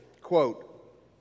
Quote